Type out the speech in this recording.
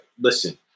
listen